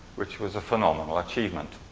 which was a phenomenal achievement.